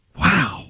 Wow